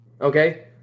Okay